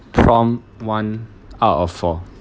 prompt one out of four